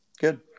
good